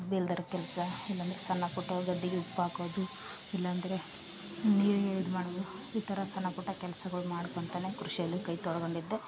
ಬಿಲ್ದಾರ್ ಕೆಲಸ ಇಲ್ಲ ಅಂದರೆ ಸಣಪುಟ್ಟ ಗದ್ದೆಗೆ ಉಪ್ ಹಾಕೋದು ಇಲ್ಲ ಅಂದರೆ ನೀರಿಗೆ ಇದು ಮಾಡೋದು ಈ ಥರ ಸಣಪುಟ್ಟ ಕೆಲ್ಸಗಳು ಮಾಡ್ಕೊಂತಾನೆ ಕೃಷಿಯಲ್ಲಿ ಕೈ ತೋಡ್ಗೊಂಡಿದ್ದೆ